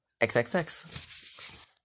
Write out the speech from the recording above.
XXX